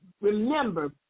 remember